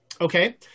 Okay